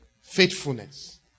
faithfulness